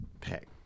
pick